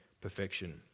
perfection